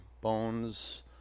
bones